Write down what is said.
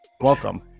Welcome